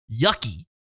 Yucky